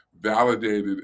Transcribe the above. validated